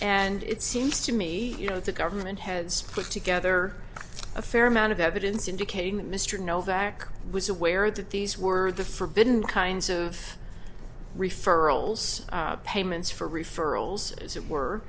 and it seems to me you know the government has put together a fair amount of evidence indicating that mr novak was aware that these were the forbidden kinds of referrals payments for referrals as it were